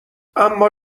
اما